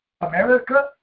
America